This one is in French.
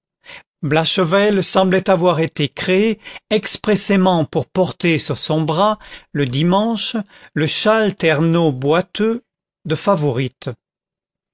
blachevelle semblait avoir été créé expressément pour porter sur son bras le dimanche le châle ternaux boiteux de favourite